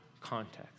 context